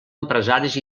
empresaris